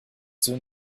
soon